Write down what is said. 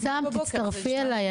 אבתיסאם תצטרפי אליי,